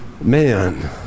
man